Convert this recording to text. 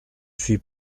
suis